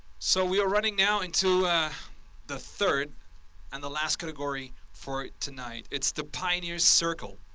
so we are running now into the third and the last category for tonight. it's the pioneer circle,